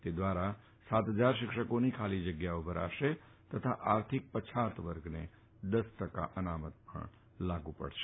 તે દ્વારા સાત ફજાર શિક્ષકોની ખાલી જગ્યાઓ ભરાશે તથા આર્થિક પછાત વર્ગને દસ ટકા અનામત લાગુ પડશે